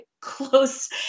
close